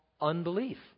unbelief